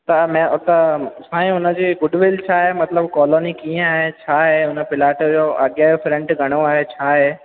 त मे त साईं हुन जी गुड विल छा आहे मतलबु कॉलोनी कीअं आहे छा आहे हुन प्लाट जे अॻियां जो फ्रंट घणो आहे छा आहे